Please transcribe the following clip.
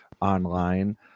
online